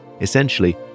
Essentially